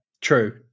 True